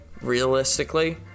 realistically